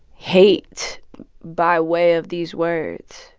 hate by way of these words.